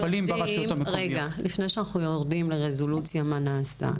לפני שנרד לרזולוציה של מה נעשה.